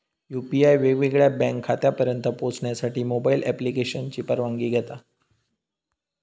UPI वेगवेगळ्या bank खात्यांपर्यंत पोहचण्यासाठी मोबाईल ॲप्लिकेशनची परवानगी घेता